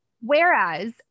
Whereas